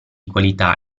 qualità